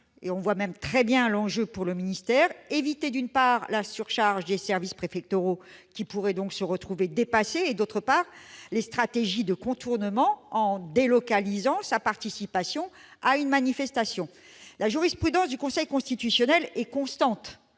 On voit très bien l'enjeu pour le ministère : éviter, d'une part, la surcharge des services préfectoraux, qui pourraient se retrouver dépassés, et, d'autre part, les stratégies de contournement, consistant à « délocaliser » sa participation à une manifestation. La jurisprudence du Conseil constitutionnel est constante